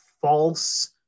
false